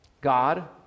God